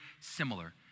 similar